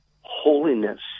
holiness